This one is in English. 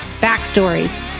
Backstories